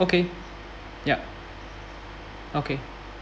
okay yup okay